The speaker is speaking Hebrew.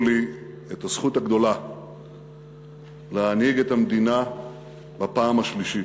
לי את הזכות הגדולה להנהיג את המדינה בפעם השלישית.